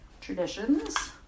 traditions